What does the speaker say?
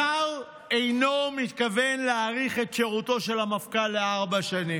השר אינו מתכוון להאריך את שירותו של המפכ"ל בארבע שנים.